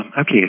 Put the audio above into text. okay